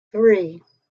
three